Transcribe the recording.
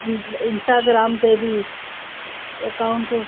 Instagram ते बि account